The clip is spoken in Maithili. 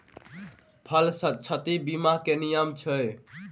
फसल क्षति बीमा केँ की नियम छै?